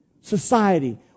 society